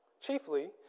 chiefly